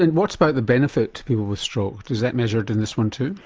and what about the benefit to people with stroke, was that measured in this one too?